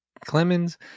Clemens